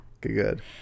good